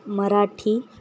Marathi